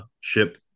ship